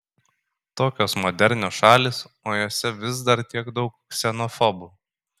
tokios modernios šalys o jose vis dar tiek daug ksenofobų